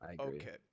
okay